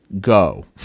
Go